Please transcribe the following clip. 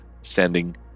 sending